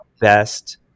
best